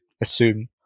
assume